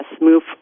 move